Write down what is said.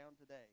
today